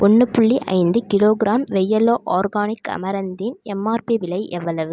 ஒன்று புள்ளி ஐந்து கிலோகிராம் வொய்லா ஆர்கானிக் அமரந்தின் எம்ஆர்பி விலை எவ்வளவு